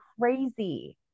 crazy